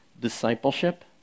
discipleship